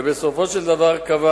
ובסופו של דבר קבע